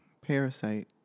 Parasite